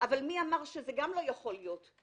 אבל מי יכול לומר שזה לא יכול להיות?